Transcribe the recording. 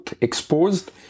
exposed